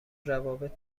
روابط